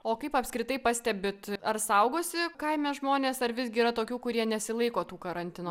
o kaip apskritai pastebit ar saugosi kaime žmonės ar visgi yra tokių kurie nesilaiko tų karantino